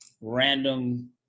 random